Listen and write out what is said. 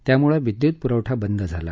त्यामुळे विद्युत पुरवठा बंद झाला